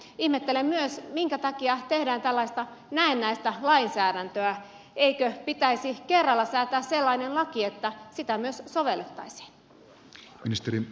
ihmettelen myös minkä takia tehdään tällaista näennäistä lainsäädäntöä eikö pitäisi kerralla säätää sellainen laki että sitä myös sovellettaisiin